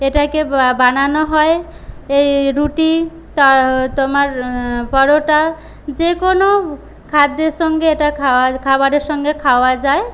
এটাকে বানানো হয় এই রুটি তোমার পরোটা যেকোনো খাদ্যের সঙ্গে এটা খাওয়া খাবারের সঙ্গে খাওয়া যায়